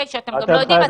וגם אתם לא יודעים.